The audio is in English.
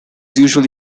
usually